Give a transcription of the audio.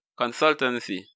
consultancy